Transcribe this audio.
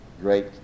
Great